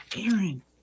Aaron